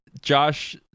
josh